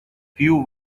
few